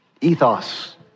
Ethos